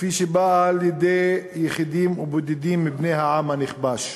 שבאה על-ידי יחידים ובודדים מבני העם הנכבש.